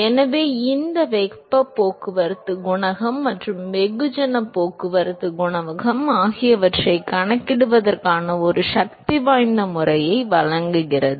எனவே இது வெப்பப் போக்குவரத்துக் குணகம் மற்றும் வெகுஜனப் போக்குவரத்துக் குணகம் ஆகியவற்றைக் கணக்கிடுவதற்கான ஒரு சக்திவாய்ந்த முறையை வழங்குகிறது